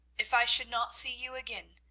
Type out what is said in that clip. if i should not see you again,